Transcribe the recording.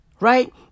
Right